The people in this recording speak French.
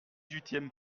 huitième